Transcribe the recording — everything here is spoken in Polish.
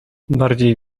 bardziej